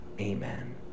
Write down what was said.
amen